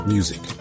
Music